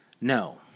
No